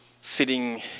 sitting